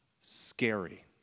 scary